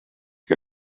que